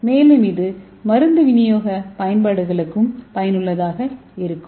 மேலும் இது மருந்து விநியோக பயன்பாடுகளுக்கும் பயனுள்ளதாக இருக்கும்